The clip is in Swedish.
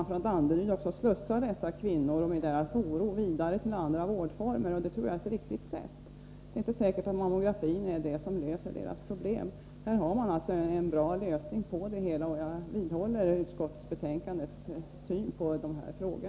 Från Danderyds sjukhus slussas dessa kvinnor som är oroliga vidare till andra vårdformer, och det är ett riktigt sätt. Det är inte säkert att mammografin löser deras problem. Här har man en bra lösning, och jag vidhåller utskottets syn på dessa frågor.